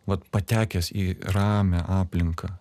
vat patekęs į ramią aplinką